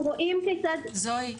זואי,